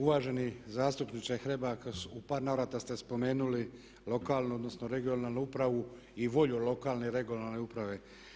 Uvaženi zastupniče Hrebak, u par navrata ste spomenuli lokalnu, odnosno regionalnu upravu i volju lokalne (regionalne) uprave.